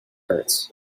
hurts